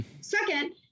Second